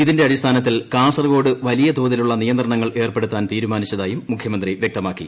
ഇതിന്റെ അടിസ്ഥാനത്തിൽ കാസർകോഡ് വലിയതോതിലുള്ള നിയന്ത്രണങ്ങൾ ഏർപ്പെടുത്താൻ തീരുമാനിച്ചതായും മുഖ്യമന്ത്രി വൃക്തമാക്കി